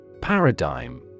Paradigm